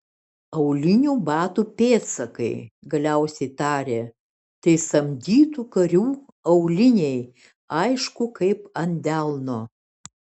aulinių batų pėdsakai galiausiai tarė tai samdytų karių auliniai aišku kaip ant delno